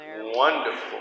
wonderful